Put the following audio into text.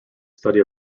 study